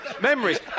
Memories